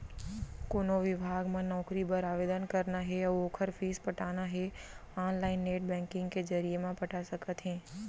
कोनो बिभाग म नउकरी बर आवेदन करना हे अउ ओखर फीस पटाना हे ऑनलाईन नेट बैंकिंग के जरिए म पटा सकत हे